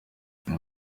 uyu